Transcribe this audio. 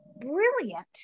brilliant